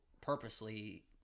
purposely